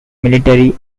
military